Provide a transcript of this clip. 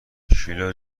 شیلا